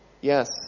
Yes